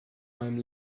meinem